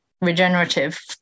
regenerative